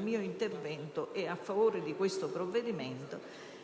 mio intervento è a favore del provvedimento